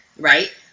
right